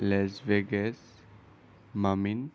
লাঁছ ভেগাছ মামিন